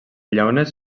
llaunes